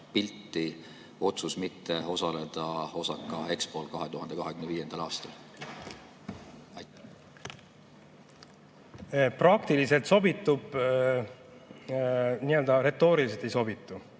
pilti otsus mitte osaleda Osaka Expol 2025. aastal? Praktiliselt sobitub, nii-öelda retooriliselt ei sobitu.